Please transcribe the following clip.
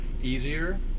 easier